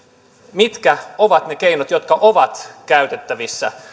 mitkä ovat ne keinot jotka ovat käytettävissä